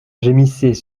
gémissait